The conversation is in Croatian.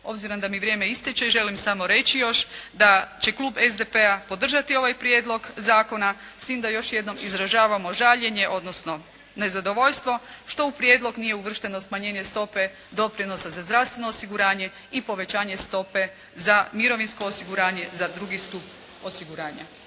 Obzirom da mi vrijeme ističe želim samo reći još da će Klub SDP-a podržati ovaj Prijedlog zakona s tim da još jednom izražavamo žaljenje odnosno nezadovoljstvo što u prijedlog nije uvršteno smanjenje stope doprinosa za zdravstveno osiguranje i povećanje stope za mirovinsko osiguranje za drugi stup osiguranja.